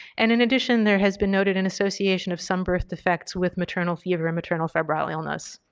and in addition there has been noted in association of some birth defects with maternal fever and maternal febrile illness.